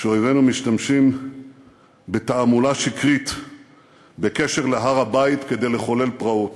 שאויבינו משתמשים בתעמולה שקרית בקשר להר-הבית כדי לחולל פרעות.